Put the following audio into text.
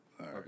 Okay